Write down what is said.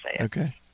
Okay